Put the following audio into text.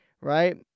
right